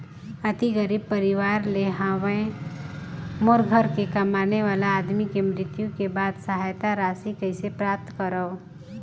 अति गरीब परवार ले हवं मोर घर के कमाने वाला आदमी के मृत्यु के बाद सहायता राशि कइसे प्राप्त करव?